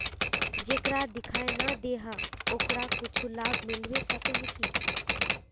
जेकरा दिखाय नय दे है ओकरा कुछ लाभ मिलबे सके है की?